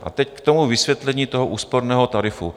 A teď k tomu vysvětlení toho úsporného tarifu.